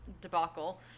debacle